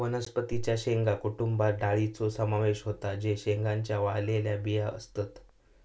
वनस्पतीं च्या शेंगा कुटुंबात डाळींचो समावेश होता जे शेंगांच्या वाळलेल्या बिया असतत